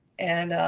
and